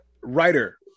writer